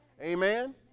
amen